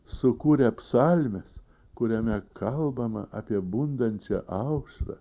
sukūrė psalmes kuriame kalbama apie bundančią aušrą